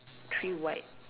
three white